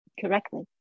correctly